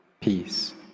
peace